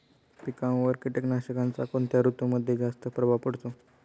पिकांवर कीटकनाशकांचा कोणत्या ऋतूमध्ये जास्त प्रभाव पडतो?